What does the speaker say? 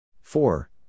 four